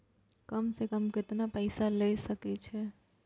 कम से कम केतना पैसा ले सके छी?